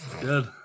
Good